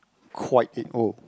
quite a_o